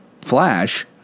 Flash